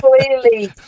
clearly